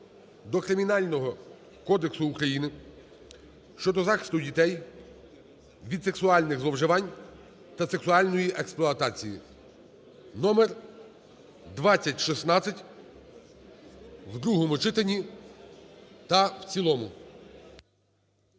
до Кримінального кодексу України щодо захисту дітей від сексуальних зловживань та сексуальної експлуатації (№ 2016) в другому читанні та в цілому,